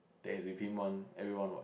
that's between one everyone what